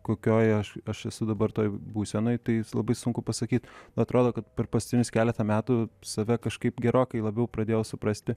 kokioj aš aš esu dabar toj būsenoj tai labai sunku pasakyt atrodo kad per paskutinius keletą metų save kažkaip gerokai labiau pradėjau suprasti